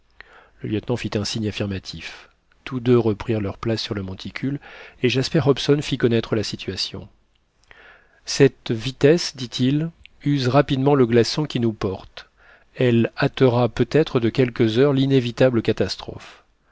le lieutenant fit un signe affirmatif tous deux reprirent leur place sur le monticule et jasper hobson fit connaître la situation cette vitesse dit-il use rapidement le glaçon qui nous porte elle hâtera peut-être de quelques heures l'inévitable catastrophe